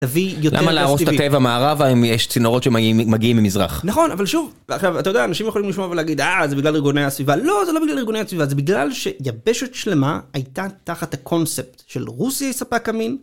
למה להרוס את הטבע מערבה אם יש צינורות שמגיעים ממזרח נכון אבל שוב אתה יודע אנשים יכולים לשמוע ולהגיד אה זה בגלל ארגוני הסביבה לא זה לא בגלל ארגוני הסביבה זה בגלל שיבשת שלמה הייתה תחת הקונספט של רוסיה היא ספק אמין.